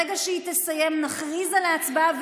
ברגע שהיא תסיים נכריז על ההצבעה,